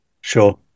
sure